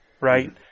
right